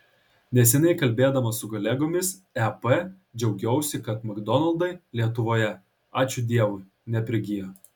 neseniai kalbėdama su kolegomis ep džiaugiausi kad makdonaldai lietuvoje ačiū dievui neprigijo